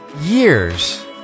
years